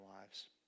lives